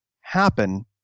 happen